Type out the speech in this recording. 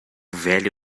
velho